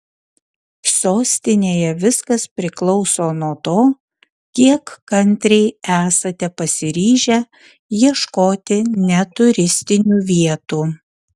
sostinėje viskas priklauso nuo to kiek kantriai esate pasiryžę ieškoti ne turistinių vietų